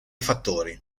fattori